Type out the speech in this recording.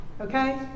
okay